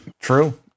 True